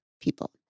people